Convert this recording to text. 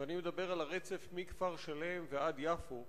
ואני מדבר על הרצף מכפר-שלם ועד יפו.